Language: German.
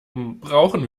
brauchen